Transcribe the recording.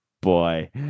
boy